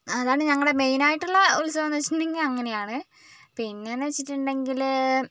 അതാണ് ഞങ്ങളുടെ മെയിൻ ആയിട്ടുള്ള ഉത്സവം എന്ന് വെച്ചിട്ടുണ്ടെങ്കിൽ അങ്ങനെയാണ് പിന്നെ എന്ന് വെച്ചിട്ടുണ്ടെങ്കിൽ